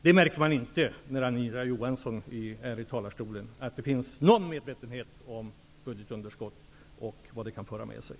När Anita Johansson står i talarstolen märker man inte att det skulle finnas någon medvetenhet om budgetunderskottet och vad det kan föra med sig.